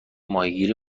ماهیگیری